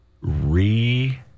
re